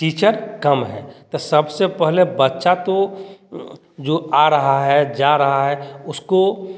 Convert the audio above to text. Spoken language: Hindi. टीचर कम है तो सबसे पहले बच्चा तो जो आ रहा है जा रहा है उसको